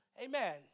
Amen